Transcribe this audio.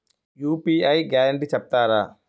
UPI guarantee చెప్తారా?